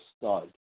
stud